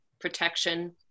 protection